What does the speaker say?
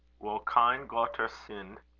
wo keine gotter sind,